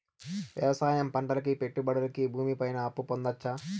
వ్యవసాయం పంటల పెట్టుబడులు కి భూమి పైన అప్పు పొందొచ్చా?